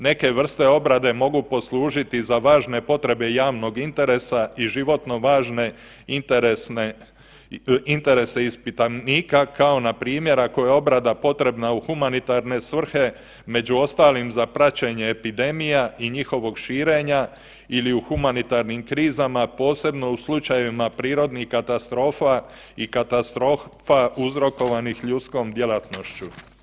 Neke vrste obrade mogu poslužiti za važne potrebe javnog interesa i životno važne interesne, interese ispitanika kao npr. ako je obrada potrebna u humanitarne svrhe, među ostalim za praćenje epidemija i njihovog širenja ili u humanitarnim krizama, posebno u slučajevima prirodnih katastrofa i katastrofa uzrokovanih ljudskom djelatnošću.